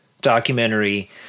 documentary